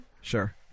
Sure